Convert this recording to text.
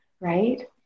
right